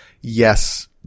yes